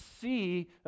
see